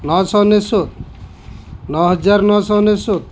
ନଅଶହ ଅନେଶତ ନଅ ହଜାର ନଅଶହ ଅନେଶତ